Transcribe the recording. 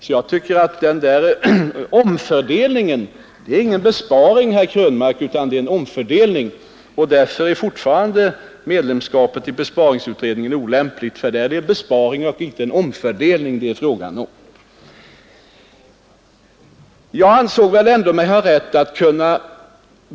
Det är inte en besparing herr Krönmark föreslår, utan en omfördelning. Därför är fortfarande medlemskapet i besparingsutredningen olämpligt, för där är det en besparing och inte en omfördelning det är fråga om.